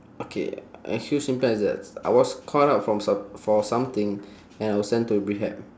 okay actually simple as that I was caught up from some~ for something and I was sent to rehab